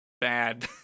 bad